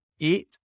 eight